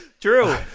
true